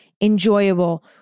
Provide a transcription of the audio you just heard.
enjoyable